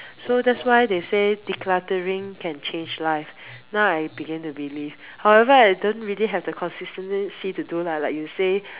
so that's why they say decluttering can change life now I begin to believe however I don't really have the consistency to do lah like you say